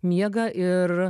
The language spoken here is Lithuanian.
miegą ir